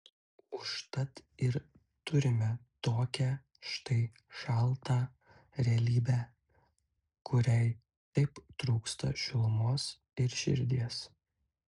užtat ir turime tokią štai šaltą realybę kuriai taip trūksta šilumos ir širdies